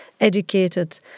educated